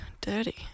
dirty